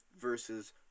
versus